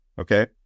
Okay